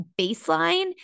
baseline